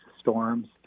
storms